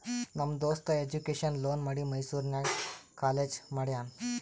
ನಮ್ ದೋಸ್ತ education loan ಮಾಡಿ ಮೈಸೂರು ನಾಗ್ ಕಾಲೇಜ್ ಮಾಡ್ಯಾನ್